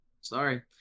Sorry